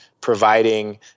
providing